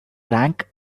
rank